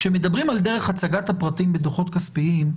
כאשר מדברים על דרך הצגת הפרטים בדוחות כספיים,